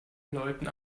leuten